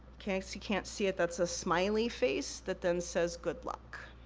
can't see can't see it, that's a smiley face that then says, good luck.